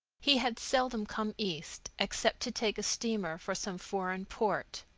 he had seldom come east except to take a steamer for some foreign port.